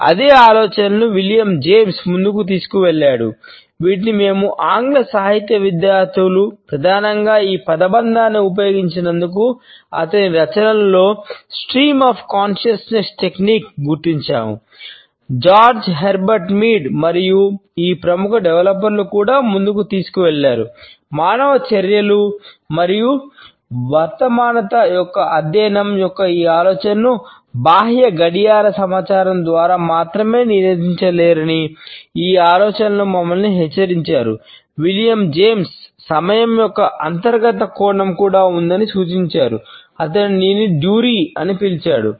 ఈ ఆలోచనను George Herbert Mead అని పిలిచాడు